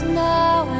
now